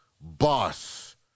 Boss